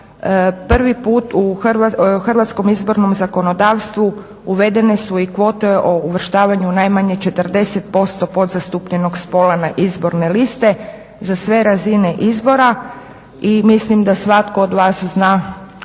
prvi put u hrvatskom izbornom zakonodavstvu uvedene su i kvote o uvrštavanju najmanje 40% podzastupljenog spola na izborne liste za sve razine izbora i mislim da svatko od vas zna